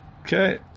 Okay